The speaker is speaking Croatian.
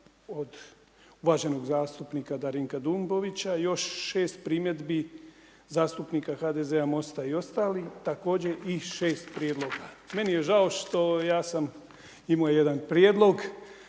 od uvaženog zastupnika Darinka Dumbovića, još 6 primjedbi zastupnika HDZ-a, MOST-a i ostalih, također i 6 prijedloga. Meni je žao što, ja sam imao jedan prijedlog,